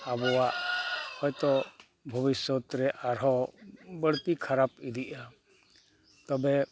ᱟᱵᱚᱣᱟᱜ ᱦᱳᱭᱛᱚ ᱵᱷᱚᱵᱤᱥᱥᱚᱛ ᱨᱮ ᱟᱨᱦᱚᱸ ᱵᱟᱹᱲᱛᱤ ᱠᱷᱟᱨᱟᱯ ᱤᱫᱤᱜᱼᱟ ᱛᱚᱵᱮ